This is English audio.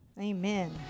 Amen